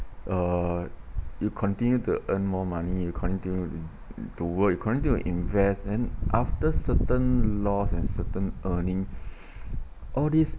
uh you continue to earn more money you continue to work you continue to invest then after certain loss and certain earning all this